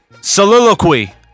Soliloquy